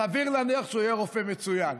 סביר להניח שהוא יהיה רופא מצוין.